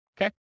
Okay